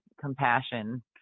compassion